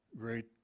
Great